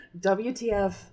WTF